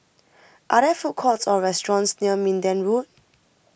are there food courts or restaurants near Minden Road